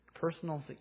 personal